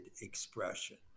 expression